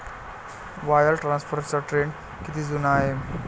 Wire ट्रान्सफरचा trend किती जुना आहे?